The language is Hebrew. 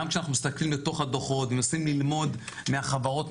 כשאנחנו מסתכלים לתוך הדוחות ומנסים ללמוד מהחברות,